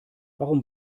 warum